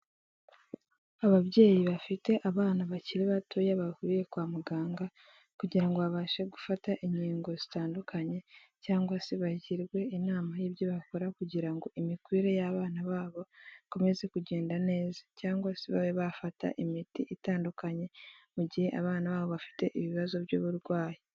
Ababyeyi bafite abana bakiri batoya bahuriye kwa muganga kugira ngo babashe gufata inkingo zitandukanye cyangwa se bagirwe inama y'ibyo bakora kugira ngo imikurire y'abana babo ikomeze kugenda neza, cyangwa se babe bafata imiti itandukanye mu gihe abana babo bafite ibibazo by'uburwayi.